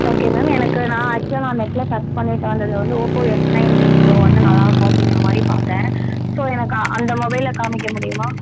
okay ma'am எனக்கு நான் ஆக்சுவலாக நான் நெட்டில் சர்ச் பண்ணிட்டு வந்தது வந்து ஓப்போ எஸ் நைன்டின் ப்ரோ வந்து நல்லாயிருக்கும் அப்டிங்கிற மாதிரி பார்த்தேன் ஸோ எனக்கு அந்த மொபைலை காம்மிக்க முடியுமா